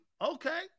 Okay